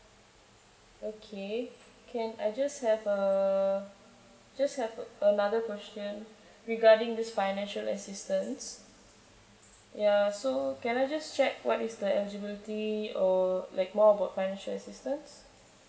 okay can I just have uh just have another question regarding this financial assistance ya so can I just check what is the eligibility or like more about financial assistance